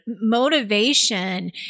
motivation